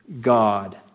God